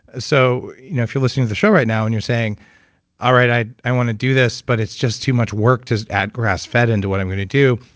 so you know if you're listening to the show right now and you're saying all right. i i want to do this, but it's just too much work to add grass-fed into what i'm going to do.